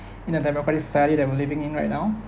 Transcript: in a democratic society that we're living in right now